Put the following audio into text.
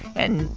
and,